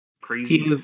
crazy